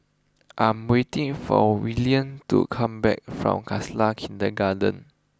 I'm waiting for Willene to come back from Khalsa Kindergarten